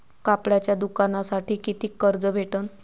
कापडाच्या दुकानासाठी कितीक कर्ज भेटन?